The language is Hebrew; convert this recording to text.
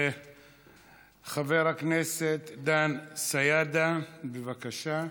חבר הכנסת דן סידה, בבקשה.